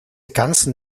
ganzen